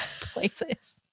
places